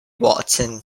watson